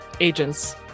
agents